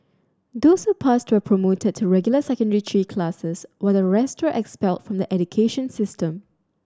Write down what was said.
those who passed were promoted to regular Secondary Three classes while the rest expelled from the education system